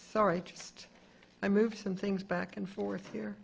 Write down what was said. sorry i just i moved some things back and forth here